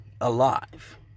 alive